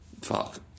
fuck